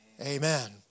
amen